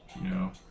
No